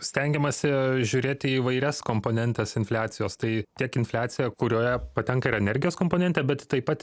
stengiamasi žiūrėti į įvairias komponentes infliacijos tai tiek infliacija kurioje patenka ir energijos komponentė bet taip pat